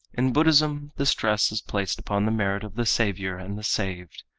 in buddhism the stress is placed upon the merit of the saviour and the saved.